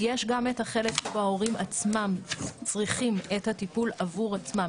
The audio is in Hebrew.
ויש גם את החלק שבו ההורים עצמם צריכים את הטיפול עבור עצמם,